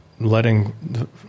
letting